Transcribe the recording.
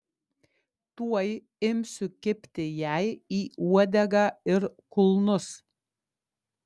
tuoj imsiu kibti jai į uodegą ir kulnus